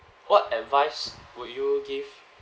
what advice would you give